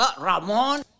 Ramon